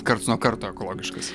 karts nuo karto ekologiškas